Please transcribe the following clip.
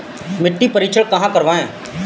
मिट्टी का परीक्षण कहाँ करवाएँ?